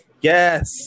yes